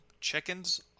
chickens